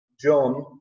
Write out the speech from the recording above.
John